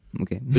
Okay